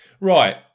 Right